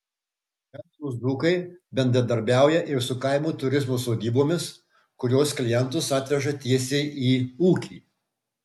verslūs dzūkai bendradarbiauja ir su kaimo turizmo sodybomis kurios klientus atveža tiesiai į ūkį